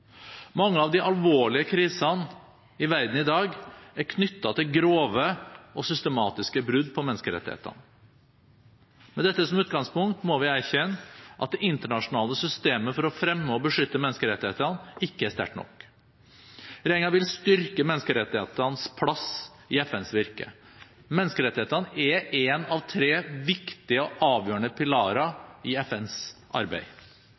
Mange av de alvorlige krisene i verden i dag er knyttet til grove og systematiske brudd på menneskerettighetene. Med dette som utgangspunkt må vi erkjenne at det internasjonale systemet for å fremme og beskytte menneskerettighetene ikke er sterkt nok. Regjeringen vil styrke menneskerettighetenes plass i FNs virke. Menneskerettighetene er en av tre viktige og avgjørende pilarer i FNs arbeid.